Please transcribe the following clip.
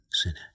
sinner